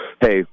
hey